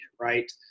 right